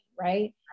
right